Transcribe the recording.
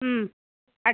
ம் அட்